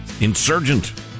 Insurgent